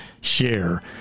share